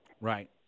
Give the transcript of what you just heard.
Right